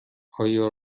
آیا